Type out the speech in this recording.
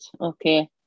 okay